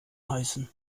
heißen